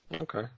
Okay